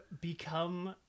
become